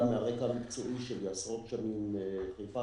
גם מהרקע המקצועי שלי עשרות שנים בחיפה,